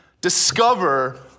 discover